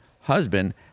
husband